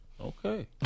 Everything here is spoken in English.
okay